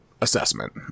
assessment